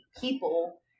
people